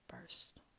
first